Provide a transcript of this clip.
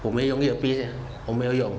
我没有用 eh 我没有用